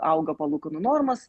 auga palūkanų normos